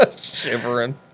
shivering